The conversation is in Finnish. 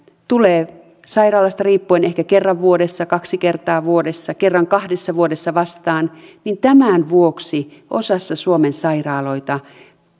tulee sairaalasta riippuen ehkä kerran vuodessa kaksi kertaa vuodessa kerran kahdessa vuodessa vastaan niin tämän vuoksi osassa suomen sairaaloita